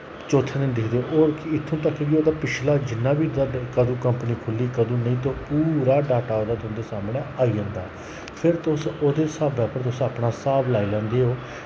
चौथे दिन दिक्खदे ओह् कि इत्थों तक कि ओह्दा पिछला जिन्ना बी कदू कंपनी खुली कदूं नेईं ते पूरा डाटा ओह्दा तुंदे सामनै आई जंदा फिर तुस ओह्दे स्हाबै पर तुस अपना स्हाब लाई लैंदे ओ